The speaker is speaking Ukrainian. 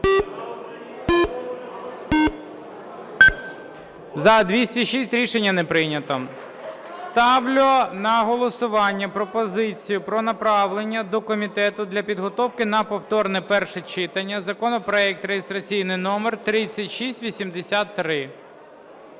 За-206 Рішення не прийнято. Ставлю на голосування пропозицію про направлення до комітету для підготовки на повторне перше читання законопроект реєстраційний номер 3683.